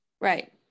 Right